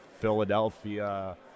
Philadelphia